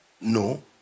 no